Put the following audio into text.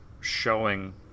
showing